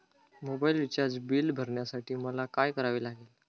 Mobile recharge bill भरण्यासाठी मला काय करावे लागेल?